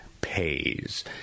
pays